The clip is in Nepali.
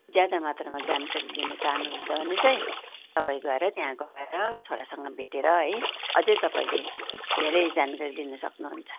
ज्यादा मात्रामा जानकारी लिनु चाहनु हुन्छ भने चाहिँ तपाईँ गएर त्यहाँ गएर छोरासँग भेटेर है अझै तपाईँले धेरै जानकारी लिनु सक्नुहुन्छ